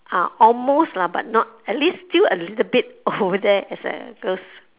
ah almost lah but not at least still a little bit over there as uh cause